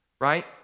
right